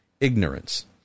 ignorance